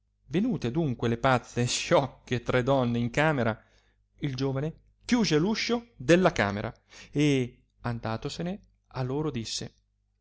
venute adunque le pazze e sciocche tre donne in camera il giovane chiuse l uscio della camera e andatosene a loro disse